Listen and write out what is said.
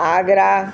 Agra